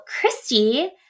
Christy